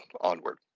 onward